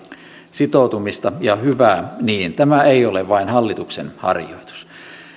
sitoutumista ja hyvä niin tämä ei ole vain hallituksen harjoitus